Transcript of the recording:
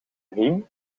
riem